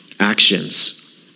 actions